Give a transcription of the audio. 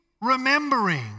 remembering